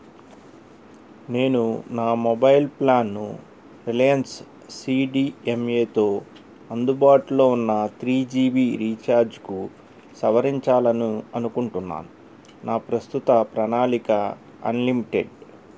నేను నా mobile plan Reliance సీడిఎంఏతో అందుబాటులో ఉన్న త్రీ జీబీ రీఛార్జ్కు సవరించాలని అనుకుంటున్నాను నా ప్రస్తుత ప్రణాళిక అన్లిమిటెడ్